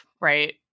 right